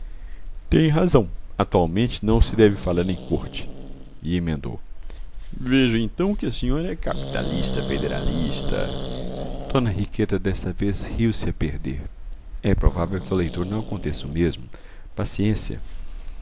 tem razão atualmente não se deve falar em corte e emendou vejo então que a senhora é capitalista federalista d henriqueta desta vez riu-se a perder é provável que ao leitor não aconteça o mesmo paciência